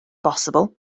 bosibl